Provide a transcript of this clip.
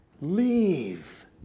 leave